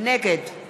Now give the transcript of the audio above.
נגד